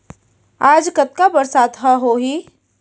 आज कतका बरसात ह होही?